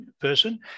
person